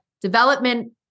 development